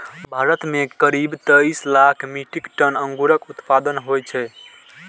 भारत मे करीब तेइस लाख मीट्रिक टन अंगूरक उत्पादन होइ छै